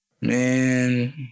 Man